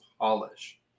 polish